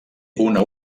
una